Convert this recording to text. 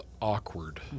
awkward